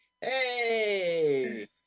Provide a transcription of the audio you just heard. Hey